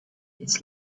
its